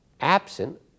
absent